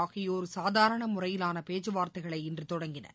ஆகியோர் சாதாரண முறையிலான பேச்சுவார்த்தைகளை இன்று தொடங்கினர்